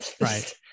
right